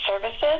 Services